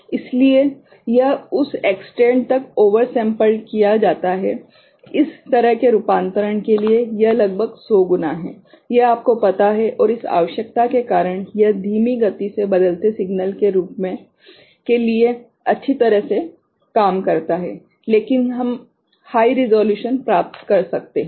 इसलिए यह उस एक्सटेंट तक ओवर सेम्पल्ड किया जाता है इस तरह के रूपांतरण के लिए यह लगभग 100 गुना है यह आपको पता है और इस आवश्यकता के कारण यह धीमी गति से बदलते सिग्नल के लिए अच्छी तरह से काम करता है लेकिन हम हाइ रिज़ॉल्यूशन प्राप्त कर सकते हैं